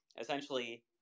essentially